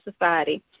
society